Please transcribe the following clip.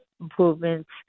improvements